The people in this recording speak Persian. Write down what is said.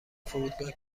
فرودگاه